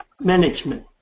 management